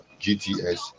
gts